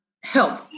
help